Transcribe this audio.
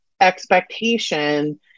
expectation